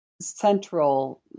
central